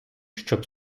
щоб